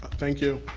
thank you.